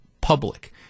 public